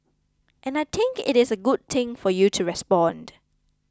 and I think it is a good thing for you to respond